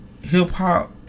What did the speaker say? hip-hop